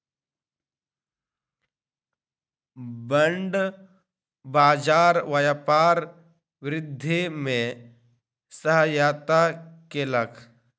bond बाजार व्यापार वृद्धि में सहायता केलक